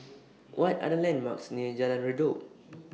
What Are The landmarks near Jalan Redop